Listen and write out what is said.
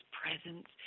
presence